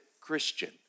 Christian